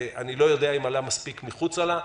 ואיני יודע אם עלה מספיק מחוצה לה,